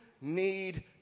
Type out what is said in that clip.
need